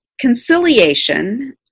conciliation